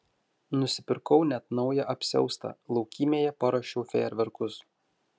nusipirkau net naują apsiaustą laukymėje paruošiau fejerverkus